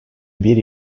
bir